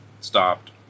stopped